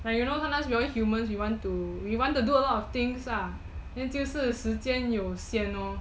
like you know sometimes we humans we want to do lots of things ah then 就是时间有限 lor